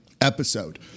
episode